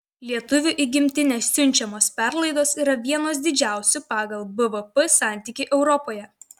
lietuvių į gimtinę siunčiamos perlaidos yra vienos didžiausių pagal bvp santykį europoje